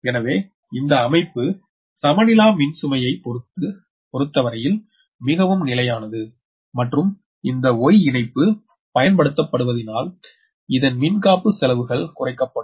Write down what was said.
எனவே இந்த இணைப்பு சமனிலா மின்சுமையை பொறுத்த வரையில் மிகவும் நிலையானது மற்றும் இந்த y இணைப்பு பயன்படுத்தப்படுவதினால் இதன் மின்காப்பு செலவுகள் குறைக்கப்படும்